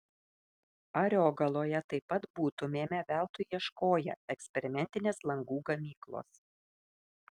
ariogaloje taip pat būtumėme veltui ieškoję eksperimentinės langų gamyklos